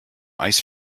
ice